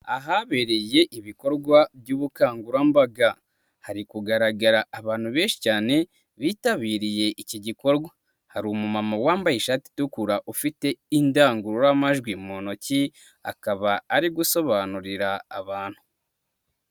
Ahabereye ibikorwa by'ubukangurambaga, hari kugaragara abantu benshi cyane, bitabiriye iki gikorwa, hari umuma wambaye ishati itukura ufite indangururamajwi mu ntoki, akaba ari gusobanurira abantu.